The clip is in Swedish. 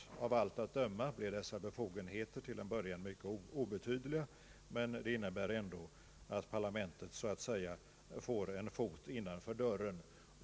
Av allt att döma blir dessa befogenheter till en början mycket obetydliga, men de innebär ändå att parlamentet så att säga får en fot innanför dörren.